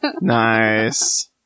Nice